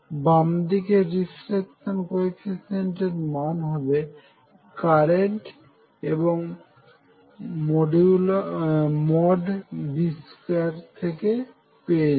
বামদিকে reflection coefficient এর মান হবে কারেন্ট এবং B2 থেকে পেয়ে যাবে